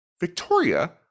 victoria